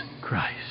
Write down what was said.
Christ